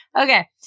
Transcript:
Okay